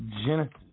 Genesis